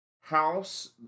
House